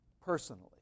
personally